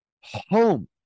home